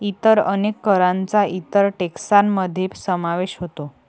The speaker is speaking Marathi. इतर अनेक करांचा इतर टेक्सान मध्ये समावेश होतो